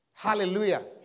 Hallelujah